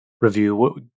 review